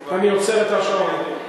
אני עוצר את השעון.